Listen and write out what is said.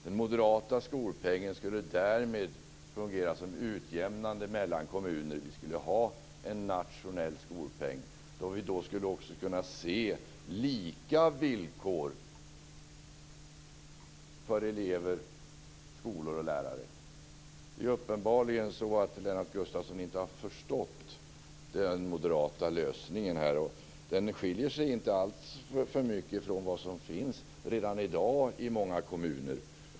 Den moderata skolpengen skulle därmed fungera som utjämnare mellan kommuner. Vi skulle ha en nationell skolpeng, och vi skulle då också kunna se lika villkor för elever, skolor och lärare. Det är uppenbarligen så att Lennart Gustavsson inte har förstått den moderata lösningen. Den skiljer sig inte alltför mycket från vad som redan i dag finns i många kommuner.